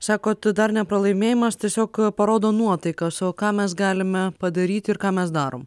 sako tai dar ne pralaimėjimas tiesiog parodo nuotaiką savo ką mes galime padaryti ir ką mes darom